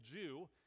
Jew